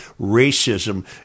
racism